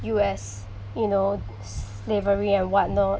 U_S you know slavery and whatnot